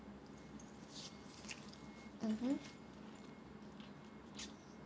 mmhmm